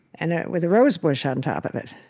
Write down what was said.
and ah with a rose bush on top of it.